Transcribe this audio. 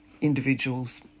individuals